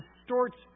distorts